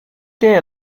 their